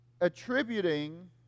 attributing